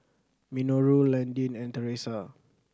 Minoru Landin and Theresa